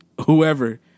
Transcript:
whoever